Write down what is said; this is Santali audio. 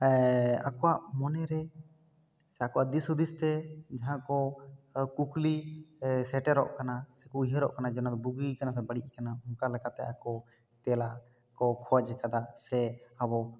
ᱟᱠᱚᱣᱟᱜ ᱢᱚᱱᱮ ᱨᱮ ᱥᱮ ᱟᱠᱚᱣᱟᱜ ᱫᱤᱥ ᱦᱩᱫᱤᱥ ᱛᱮ ᱡᱟᱦᱟᱸ ᱠᱚ ᱠᱩᱠᱞᱤ ᱥᱮᱴᱮᱨᱚᱜ ᱠᱟᱱᱟ ᱩᱭᱦᱟᱹᱨᱚᱜ ᱠᱟᱱᱟ ᱡᱮ ᱱᱚᱣᱟ ᱫᱚ ᱵᱩᱜᱤ ᱭᱟᱠᱟᱱᱟ ᱥᱮ ᱵᱟᱹᱲᱤᱡ ᱟᱠᱟᱱᱟ ᱚᱠᱟ ᱞᱮᱠᱟᱛᱮ ᱟᱠᱚ ᱛᱮᱞᱟ ᱠᱚ ᱠᱷᱚᱡᱽ ᱟᱠᱟᱫᱟ ᱥᱮ ᱟᱵᱚ ᱵᱷᱟᱨᱚᱛ